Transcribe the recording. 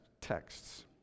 texts